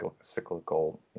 cyclical